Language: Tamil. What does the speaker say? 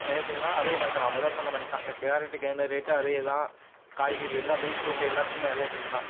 எப்படின்னா அதே மாதிரி தான் நான் மொதல் சொன்னமானிக்கி தான் கேரட்டுக்கு என்ன ரேட்டோ அதே தான் காய்கறி எல்லாம் பீட்ரூட் எல்லாத்துக்குமே அதே ரேட்டு தான்